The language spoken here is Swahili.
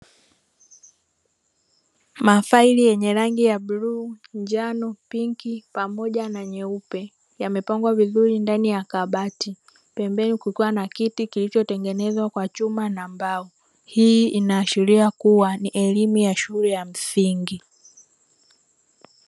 Mafaili yenye rangi ya: bluu, njano, pinki pamoja na nyeupe; yamepangwa vizuri ndani ya kabati, pembeni kukiwa na kiti kilichotengenezwa kwa chuma na mbao. Hii inaashiria kuwa ni elimu ya shule ya msingi.